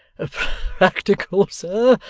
practical, sir,